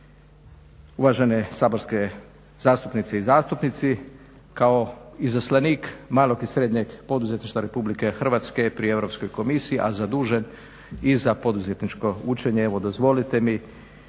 Uvažene saborske zastupnice i zastupnici, kao izaslanik malog i srednjeg poduzetništva Republike Hrvatske pri Europskoj komisiji, a zadužen i za poduzetničko učenje evo dozvolite mi